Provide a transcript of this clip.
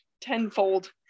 tenfold